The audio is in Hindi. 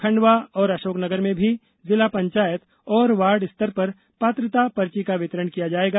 खंडवा और अशोकनगर में भी जिला पंचायत और वार्ड स्तर पर पात्रता पर्ची का वितरण किया जायेगा